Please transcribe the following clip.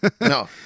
No